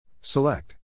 Select